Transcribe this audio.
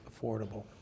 affordable